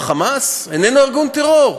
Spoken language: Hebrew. ה"חמאס" איננו ארגון טרור.